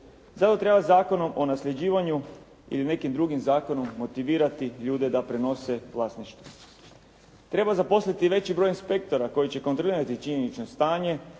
Zato treba Zakonom o nasljeđivanju ili nekim drugim zakonom motivirati ljude da prenose vlasništvo. Treba zaposliti veći broj inspektora koji će kontrolirati činjenično stanje